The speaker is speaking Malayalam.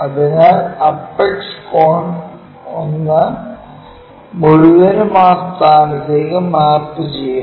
അതിനാൽ അപ്പെക്സ് കോൺ 1 മുഴുവനും ആ സ്ഥാനത്തേക്ക് മാപ്പുചെയ്തു